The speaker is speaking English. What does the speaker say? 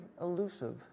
elusive